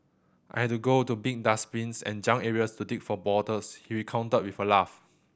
I had to go to big dustbins and junk areas to dig for bottles he recounted with a laugh